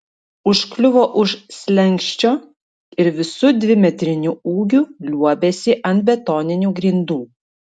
užkliuvo už slenksčio ir visu dvimetriniu ūgiu liuobėsi ant betoninių grindų